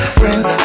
friends